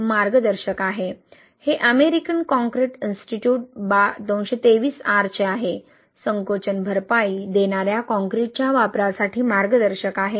तर हे मार्गदर्शक आहे हे अमेरिकन कॉंक्रिट इन्स्टिट्यूट 223R चे आहे संकोचन भरपाई देणार्या काँक्रीटच्या वापरासाठी मार्गदर्शक आहे